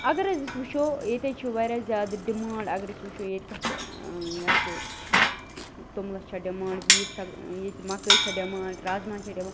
اگر حظ أسۍ وُچھو ییٚتہِ حظ چھِ وارِیاہ زیادٕ ڈِمانٛڈ اگر أسۍ وُچھو ییٚتہِ کَتھ ٲں یَتھ چھِ توٚملس چھَا ڈِمانٛڈ ویٖٹ چھا ٲں ییٚتہِ مکٲے چھا ڈِمانٛڈ رازمہ ہن چھا ڈِمانٛڈ